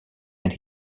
and